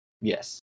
Yes